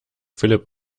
philipp